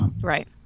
right